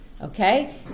Okay